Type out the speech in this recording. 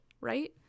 right